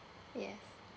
yes